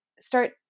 start